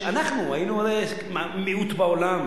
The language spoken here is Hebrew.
שהרי אנחנו היינו מיעוט בעולם.